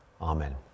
Amen